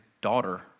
daughter